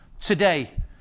today